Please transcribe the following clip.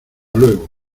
luego